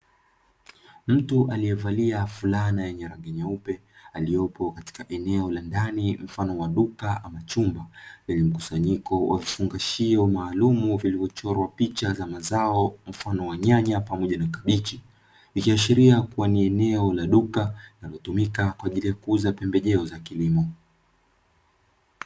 Mtu aliyevalia fulana yenye rangi nyeupe, aliyepo katika eneo la ndani mfano wa duka ama chumba lenye mkusanyiko wa vifungashio maalumu vilivyochorwa picha za mazao mfano wa nyanya pamoja na kabichi, ikiashiria kuwa ni eneo la duka linalotumika kwa ajili ya kuuza pembejeo za kilimo.